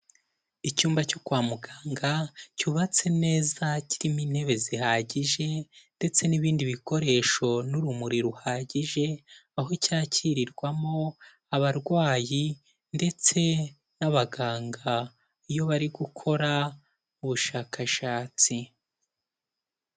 Icyumba cyo kwa muganga cyubatse neza, kirimo intebe zihagije ndetse n'ibindi bikoresho n'urumuri ruhagije, aho cyakirirwamo abarwayi ndetse n'abaganga iyo bari gukora ubushakashatsi.